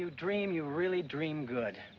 you dream you really dream good